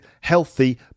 healthy